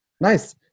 Nice